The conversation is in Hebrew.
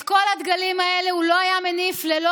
את כל הדגלים האלה הוא לא היה מניף ללא